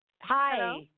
Hi